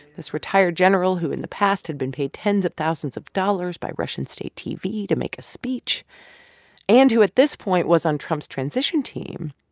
this retired general who in the past had been paid tens of thousands of dollars by russian state tv to make a speech and who at this point was on trump's transition team,